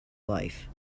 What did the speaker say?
life